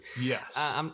yes